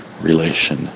relation